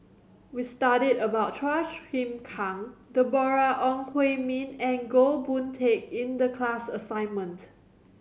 we studied about Chua Chim Kang Deborah Ong Hui Min and Goh Boon Teck in the class assignment